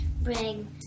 bring